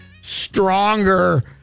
stronger